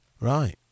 Right